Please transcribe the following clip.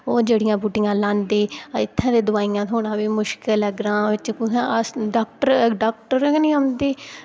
ओह् जेह्ड़ियां बुड्डियां लांदे इत्थै ते दवाइयां थ्होना बी मुश्कल ऐ ग्रां बिच्च कुतै अस् डाक्टर डाक्टर गै नेईं औंदे औंदे तां